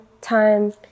time